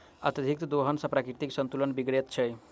अत्यधिक दोहन सॅ प्राकृतिक संतुलन बिगड़ैत छै